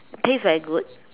the is place very good